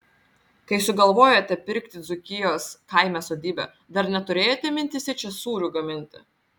kai sugalvojote pirkti dzūkijos kaime sodybą dar neturėjote mintyse čia sūrių gaminti